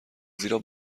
زیرا